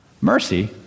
Mercy